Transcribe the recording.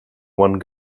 one